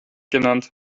genannt